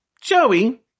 Joey